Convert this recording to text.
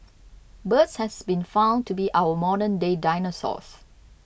birds has been found to be our modern day dinosaurs